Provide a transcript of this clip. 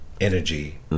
energy